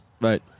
Right